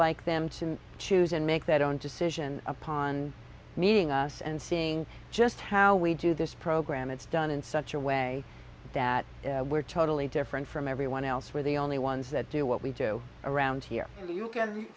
like them to choose and make their own decision upon meeting us and seeing just how we do this program it's done in such a way that we're totally different from everyone else we're the only ones that do what we do around here and you